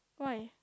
why